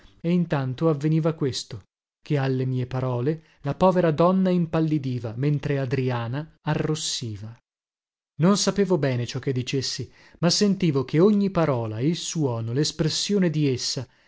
e intanto avveniva questo che alle mie parole la povera donna impallidiva mentre adriana arrossiva non sapevo bene ciò che dicessi ma sentivo che ogni parola il suono lespressione di essa